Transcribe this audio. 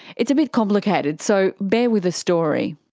it's a bit complicated, so bear with the story.